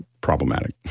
problematic